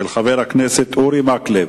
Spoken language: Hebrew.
של חבר הכנסת אורי מקלב: